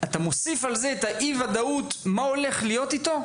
אתה מוסיף על זה את האי-ודאות מה הולך להיות איתו?